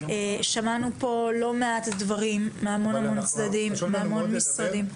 שמענו פה לא מעט דברים מהמון צדדים ומשרדים.